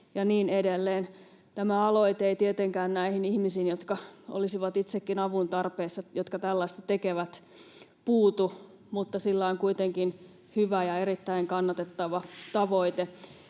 ja niin edelleen. Tämä aloite ei tietenkään puutu näihin ihmisiin, jotka olisivat itsekin avun tarpeessa ja jotka tällaista tekevät, mutta sillä on kuitenkin hyvä ja erittäin kannatettava tavoite